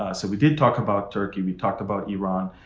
ah so we did talk about turkey. we talked about iran.